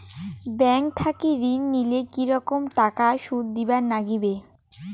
Bank থাকি ঋণ নিলে কি রকম টাকা সুদ দিবার নাগিবে?